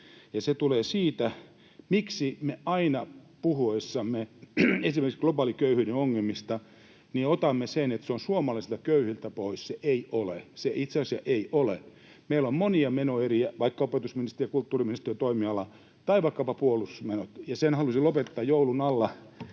Se tulee siitä, miksi me aina puhuessamme esimerkiksi globaaliköyhyyden ongelmista otamme sen, että se on suomalaisilta köyhiltä pois. Se ei ole, se itse asiassa ei ole. Meillä on monia menoeriä, vaikka opetus- ja kulttuuriministeriön toimiala, tai vaikkapa puolustusmenot, ja halusin lopettaa joulun alla